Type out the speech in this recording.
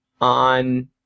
on